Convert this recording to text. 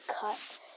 cut